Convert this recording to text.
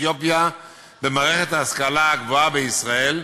אתיופיה במערכת ההשכלה הגבוהה בישראל,